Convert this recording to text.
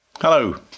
Hello